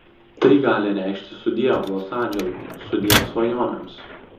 tai gali reikšti sudiev los andželui sudiev svajonėms